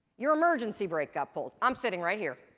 your emergency brake got pulled i'm sitting right here.